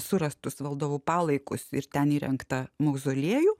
surastus valdovų palaikus ir ten įrengtą mauzoliejų